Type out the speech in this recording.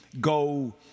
go